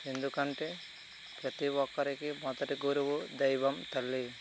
ఎందుకంటే ప్రతి ఒక్కరికి మొదటి గురువు దైవం తల్లి